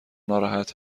ناراحت